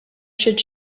should